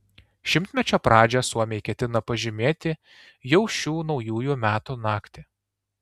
šimtmečio pradžią suomiai ketina pažymėti jau šių naujųjų metų naktį